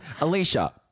Alicia